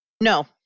No